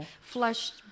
flushed